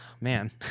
man